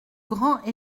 grand